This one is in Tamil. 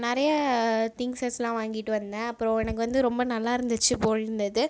நிறைய திக்ங்ஸஸ்லாம் வாங்கிட்டு வந்தேன் அப்புறம் எனக்கு வந்து ரொம்ப நல்லா இருந்துச்சு போயிருந்தது